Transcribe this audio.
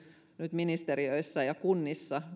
nyt ministeriöissä ja kunnissa